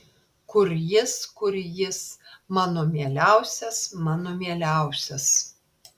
kur jis kur jis mano mieliausias mano mieliausias